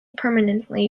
permanently